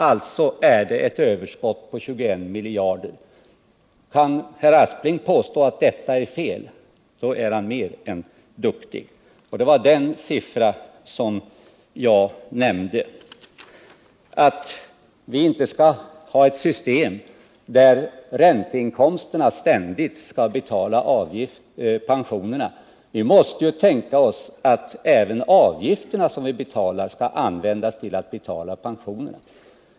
Alltså blir det ett överskott på 21 miljarder. Kan herr Aspling påstå att detta är fel, då är han mer än duktig. Och det var dessa siffror som jag nämnde. Vi skall inte ha ett system där ränteinkomsterna ständigt skall betala pensionerna. Vi måste kunna tänka oss att även de avgifter som vi betalar in skall användas till utbetalning av pensionerna.